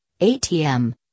ATM